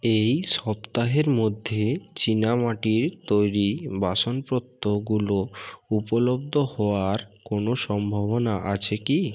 এই সপ্তাহের মধ্যে চীনামাটির তৈরি বাসনপত্রগুলো উপলব্ধ হওয়ার কোনো সম্ভাবনা আছে কি